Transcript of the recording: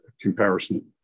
comparison